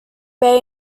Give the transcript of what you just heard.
bay